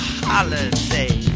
holiday